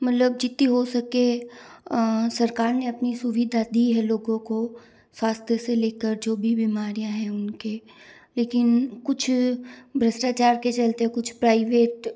मतलब जितनी हो सके सरकार ने अपनी सुविधा दी है लोगों को स्वास्थ्य से लेकर जो भी बीमारियां हैं उनके लेकिन कुछ भ्रष्टाचार के चलते कुछ प्राइवेट